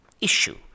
issue